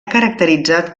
caracteritzat